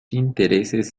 intereses